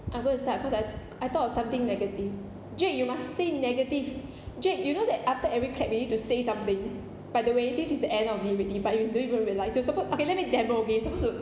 I'm going to start cause I I thought of something negative jack you must say negative jack you know that after every clap you need to say something by the way this is the end of it already but you don't even realise you suppose okay let me demo okay you supposed to